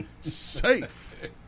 safe